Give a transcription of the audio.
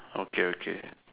okay okay